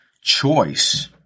Choice